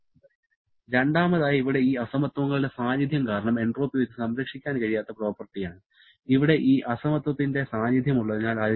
• രണ്ടാമതായി ഇവിടെ ഈ അസമത്വങ്ങളുടെ സാന്നിധ്യം കാരണം എൻട്രോപ്പി ഒരു സംരക്ഷിക്കാൻ കഴിയാത്ത പ്രോപ്പർട്ടി ആണ് ഇവിടെ ഈ അസമത്വത്തിന്റെ സാന്നിധ്യം ഉള്ളതിനാൽ